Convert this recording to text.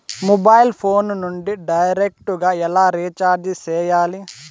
mobile phone నుండి direct గా ఎలా రీచార్జి సేయాలి